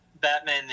Batman